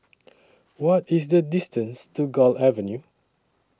What IS The distance to Gul Avenue